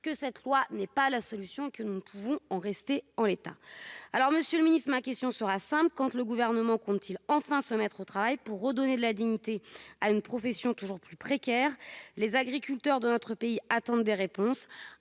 que cette loi n'est pas la solution et que nous ne pouvons la laisser en l'état. Monsieur le ministre, ma question est simple : quand le Gouvernement compte-t-il enfin se mettre au travail pour redonner de la dignité à une profession toujours plus précaire ? Les agriculteurs de notre pays attendent des réponses,